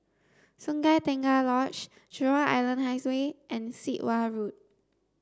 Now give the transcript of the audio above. Sungei Tengah Lodge Jurong Island Highway and Sit Wah Road